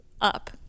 up